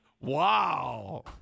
Wow